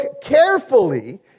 carefully